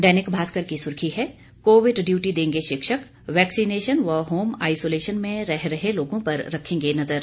दैनिक भास्कर की सुर्खी है कोविड ड्यूटी देंगे शिक्षक वैक्सीनेशन व होम आइसोलेशन में रह रहे लोगों पर रखेंगे नज़र